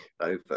over